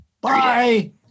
Bye